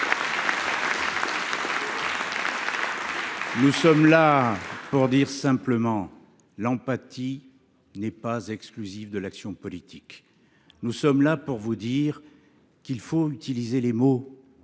sommes simplement là pour vous dire que l’empathie n’est pas exclusive de l’action politique. Nous sommes là pour vous dire qu’il faut utiliser les mots